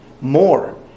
more